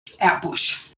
out-bush